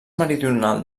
meridional